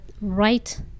right